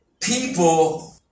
People